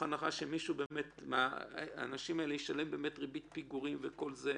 הנחה שמישהו מהאנשים האלה ישלם ריבית פיגורים וכל זה,